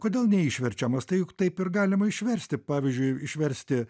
kodėl neišverčiamas tai juk taip ir galima išversti pavyzdžiui išversti